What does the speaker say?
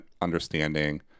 understanding